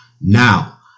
Now